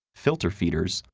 filter feeders,